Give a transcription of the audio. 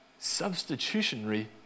substitutionary